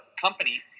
company